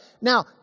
Now